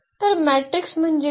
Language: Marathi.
तर मॅट्रिक्स म्हणजे काय